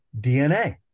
DNA